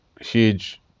huge